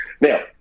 Now